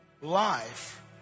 life